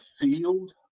field